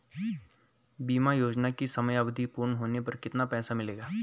बीमा योजना की समयावधि पूर्ण होने पर कितना पैसा मिलेगा?